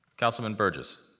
councilman burgess?